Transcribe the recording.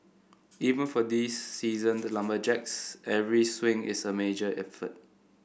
even for these seasoned lumberjacks every swing is a major effort